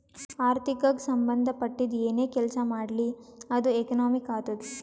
ಆರ್ಥಿಕಗ್ ಸಂಭಂದ ಪಟ್ಟಿದ್ದು ಏನೇ ಕೆಲಸಾ ಮಾಡ್ಲಿ ಅದು ಎಕನಾಮಿಕ್ ಆತ್ತುದ್